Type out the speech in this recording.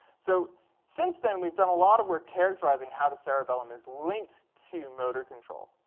so since then, we've done a lot of work characterizing how the cerebellum is linked to motor control.